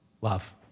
Love